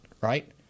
right